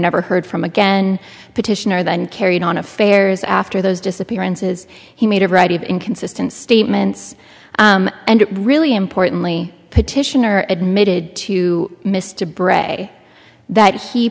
never heard from again petitioner then carried on affairs after those disappearances he made a variety of inconsistent statements and really importantly petitioner admitted to mr bray that he